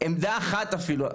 עמדה אחת אפילו,